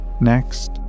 Next